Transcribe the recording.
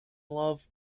love